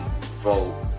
vote